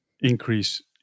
increase